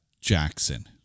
Jackson